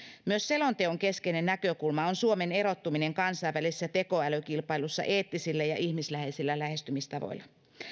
myös selonteon keskeinen näkökulma on suomen erottuminen kansainvälisessä tekoälykilpailussa eettisillä ja ihmisläheisillä lähestymistavoilla